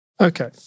Okay